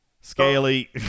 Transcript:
Scaly